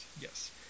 Yes